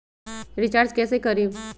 Recharge कैसे करीब?